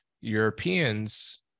Europeans